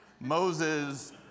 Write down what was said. Moses